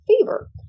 fever